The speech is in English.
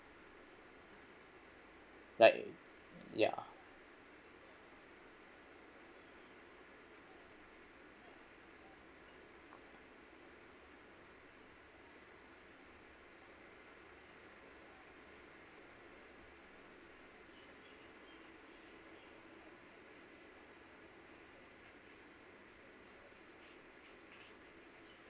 like ya